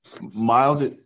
Miles